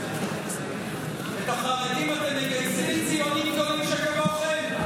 את החרדים אתם מגייסים, ציונים גדולים שכמוכם?